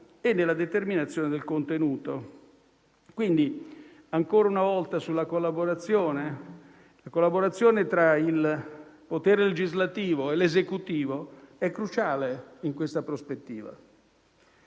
e nella determinazione del contenuto. Quindi, ancora una volta la collaborazione tra il potere legislativo ed esecutivo è cruciale in questa prospettiva.